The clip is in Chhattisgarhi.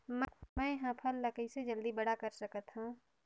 मैं ह फल ला कइसे जल्दी बड़ा कर सकत हव?